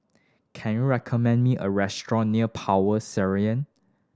can you recommend me a restaurant near Power Serayan